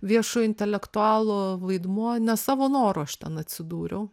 viešo intelektualo vaidmuo ne savo noru aš ten atsidūriau